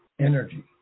energy